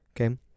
okay